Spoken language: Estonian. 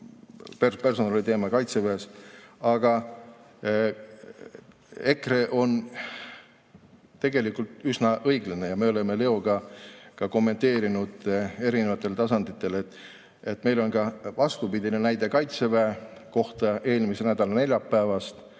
personali teemale kaitseväes. Aga EKRE on tegelikult üsna õiglane. Me oleme Leoga ka kommenteerinud erinevatel tasanditel, et meil on vastupidinegi näide kaitseväe kohta. Eelmise nädala neljapäeval